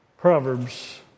Proverbs